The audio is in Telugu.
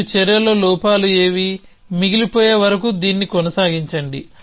మరియు చర్యలో లోపాలు ఏవీ మిగిలిపోయే వరకు దీన్ని కొనసాగించండి